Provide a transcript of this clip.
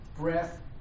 breath